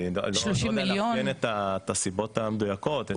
אני לא יודע לעדכן את הסיבות המדויקות,